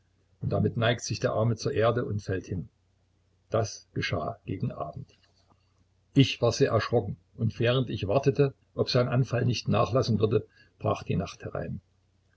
und damit neigt sich der arme zur erde und fällt hin dies geschah gegen abend ich war sehr erschrocken und während ich wartete ob sein anfall nicht nachlassen würde brach die nacht herein